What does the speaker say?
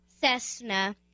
Cessna